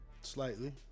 slightly